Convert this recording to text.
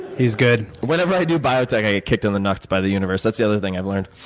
he's good. whenever i do biotech, i kicked in the nuts by the universe. that's the other thing i've learned.